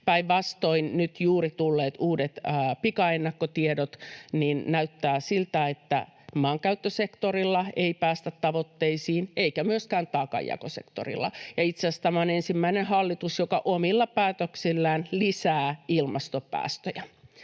Päinvastoin nyt juuri tulleet uudet pikaennakkotiedot näyttävät siltä, että maankäyttösektorilla ei päästä tavoitteisiin eikä myöskään taakanjakosektorilla. Ja itse asiassa tämä on ensimmäinen hallitus, joka omilla päätöksillään lisää ilmastopäästöjä